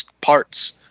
parts